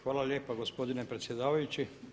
Hvala lijepa gospodine predsjedavajući.